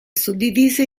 suddivise